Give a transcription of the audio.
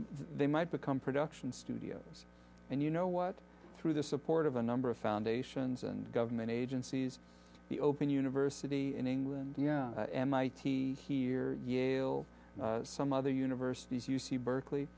they might become production studios and you know what through the support of a number of foundations and government agencies the open university in england and mit here yale some other universities u c berkeley